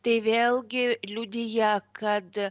tai vėlgi liudija kad